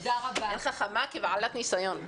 תודה, מרב.